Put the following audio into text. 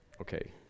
okay